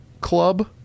club